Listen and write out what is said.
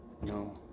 No